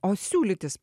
o siūlytis